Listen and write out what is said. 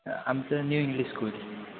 आमचं new English school